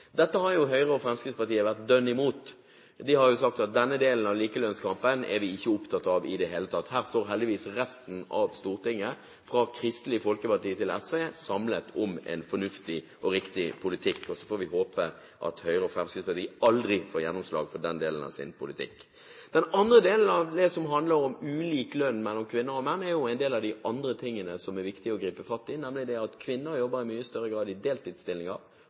Dette har jo Høyre og Fremskrittspartiet vært dønn imot. De har sagt at denne delen av likelønnskampen er vi ikke opptatt av i det hele tatt. Her står heldigvis resten av Stortinget, fra Kristelig Folkeparti til SV, samlet om en fornuftig og riktig politikk, og så får vi håpe at Høyre og Fremskrittspartiet aldri får gjennomslag for den delen av sin politikk. Den andre delen av det som handler om ulik lønn mellom kvinner og menn, er en del av de andre tingene som er viktig å gripe fatt i, nemlig det at kvinner i mye større grad jobber i deltidsstillinger;